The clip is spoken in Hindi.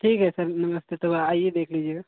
ठीक है सर नमस्ते तब आइए देख लीजिएगा